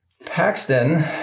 Paxton